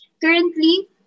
currently